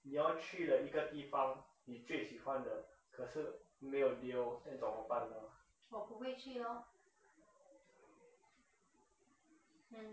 你要去的一个地方你最喜欢的可是没有 deals then 怎么办呢